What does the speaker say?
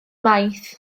maith